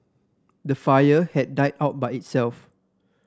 the fire had died out by itself